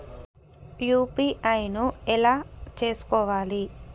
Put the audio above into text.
UPI ను ఎలా చేస్కోవాలి?